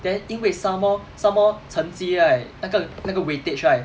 then 因为 somemore somemore 成绩 right 那个那个 weightage right